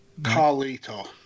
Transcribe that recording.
Carlito